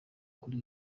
kuri